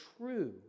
true